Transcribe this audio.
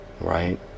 right